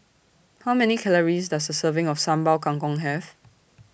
How Many Calories Does A Serving of Sambal Kangkong Have